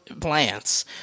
plants